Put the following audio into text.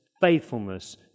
faithfulness